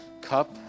cup